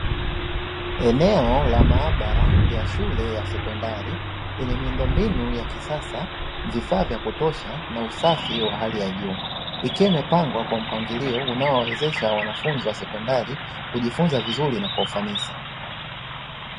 Eneo la maabara ya shule ya sekondari, yenye miundombinu ya kisasa, vifaa vya kutosha, na usafi wa hali ya juu, ikiwa imepangwa kwa mpangilio unaowawezesha wanafunzi wa sekondari kujifunza vizuri na kwa ufanisi.